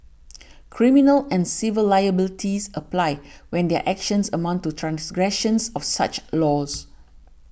criminal and civil liabilities apply when their actions amount to transgressions of such laws